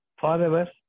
Forever